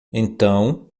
então